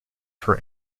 for